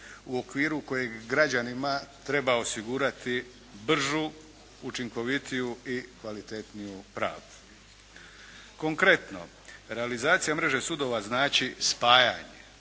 u okviru kojeg građanima treba osigurati bržu, učinkovitiju i kvalitetniju pravdu. Konkretno, realizacija mreže sudova znači spajanje,